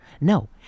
No